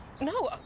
No